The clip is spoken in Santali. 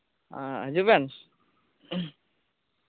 ᱟᱨ ᱦᱤᱡᱩᱜ ᱵᱮᱱ